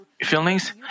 feelings